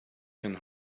can